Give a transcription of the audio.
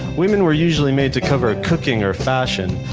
women were usually made to cover cooking or fashion,